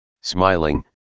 Smiling